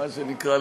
מה שנקרא,